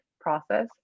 process